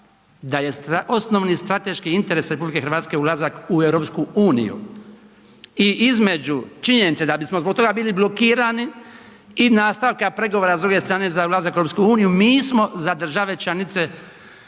da je osnovi strateški interes RH ulazak u EU i između činjenice da bismo zbog toga bili blokirani i nastavka pregovora s druge strane za ulazak u EU mi smo za države članice EU